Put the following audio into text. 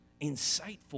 insightful